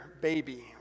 baby